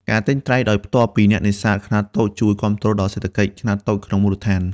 ការទិញត្រីដោយផ្ទាល់ពីអ្នកនេសាទខ្នាតតូចជួយ គាំទ្រ ដល់សេដ្ឋកិច្ចខ្នាតតូចក្នុងមូលដ្ឋាន។